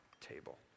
table